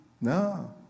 No